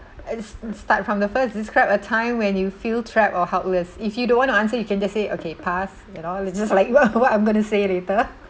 u~ s~ start from the first describe a time when you feel trapped or helpless if you don't want to answer you can just say okay pass you know like just like what I'm going to say later